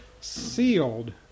sealed